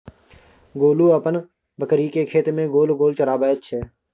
गोलू अपन बकरीकेँ खेत मे गोल गोल चराबैत छै